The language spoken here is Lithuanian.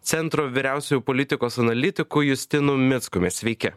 centro vyriausiuoju politikos analitiku justinu mickumi sveiki